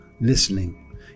listening